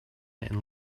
and